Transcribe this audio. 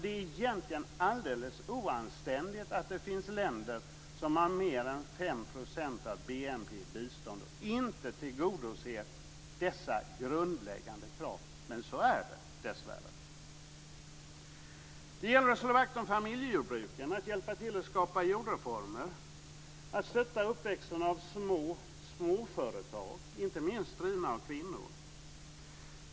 Det är därför egentligen oanständigt att det finns länder som har mer än 5 % av BNP i bistånd som inte tillgodoser dessa grundläggande krav, men så är det dessvärre. Det gäller att slå vakt om familjejordbruken, att hjälpa till att skapa jordreformer och att stötta uppväxten av småföretag, inte minst drivna av kvinnor.